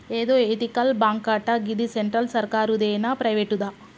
ఏందో ఎతికల్ బాంకటా, గిది సెంట్రల్ సర్కారుదేనా, ప్రైవేటుదా